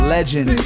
Legend